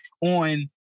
on